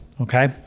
okay